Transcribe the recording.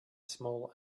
small